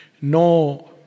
no